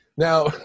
Now